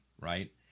right